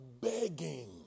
begging